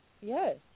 Yes